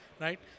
right